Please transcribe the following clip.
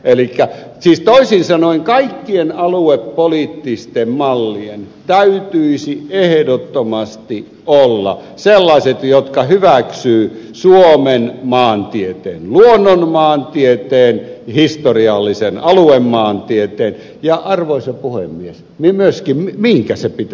elikkä toisin sanoen kaikkien aluepoliittisten mallien täytyisi ehdottomasti olla sellaiset jotka hyväksyvät suomen maantieteen luonnonmaantieteen historiallisen aluemaantieteen ja arvoisa puhemies myöskin mihinkä se pitää